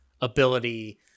ability